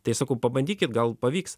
tai sakau pabandykit gal pavyks